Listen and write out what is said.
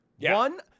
One